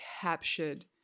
captured